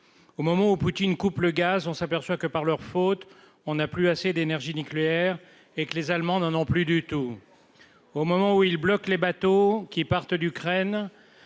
au moment où Poutine coupe le gaz, on s'aperçoit que par leur faute, on a plus assez d'énergie nucléaire et que les Allemands n'en ont plus du tout au moment où ils bloquent les bateaux qui partent d'Ukraine,